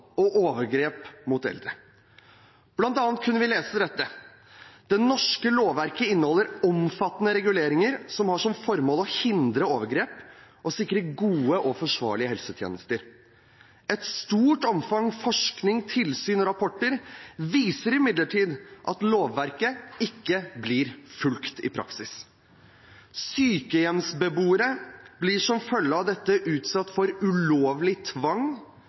og overgrep mot eldre. Blant annet kunne vi lese: «Det norske lovverket inneholder omfattende reguleringer som har som formål å hindre overgrep, og sikre gode og forsvarlige helsetjenester. Et stort omfang forskning, tilsyn og rapporter viser imidlertid at lovverket ikke blir fulgt i praksis. Sykehjemsbeboere blir som følge av dette utsatt for ulovlig tvang,